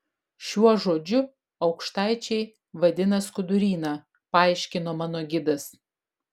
šiuo žodžiu aukštaičiai vadina skuduryną paaiškino mano gidas